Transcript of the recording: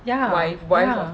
ya ya